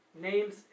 names